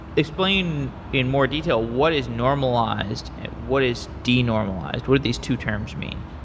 explain in more detail, what is normalized and what is de-normalized. what do these two terms mean?